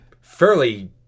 fairly